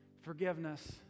forgiveness